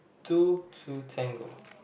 two to tango